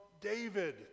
David